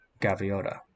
Gaviota